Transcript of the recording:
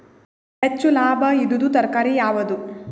ಹೆಚ್ಚು ಲಾಭಾಯಿದುದು ತರಕಾರಿ ಯಾವಾದು?